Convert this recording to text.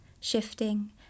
shifting